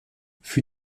für